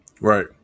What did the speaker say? right